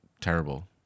terrible